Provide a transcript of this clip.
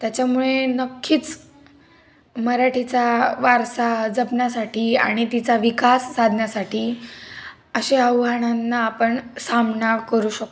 त्याच्यामुळे नक्कीच मराठीचा वारसा जपण्यासाठी आणि तिचा विकास साधण्यासाठी असे आव्हानांना आपण सामना करू शकतो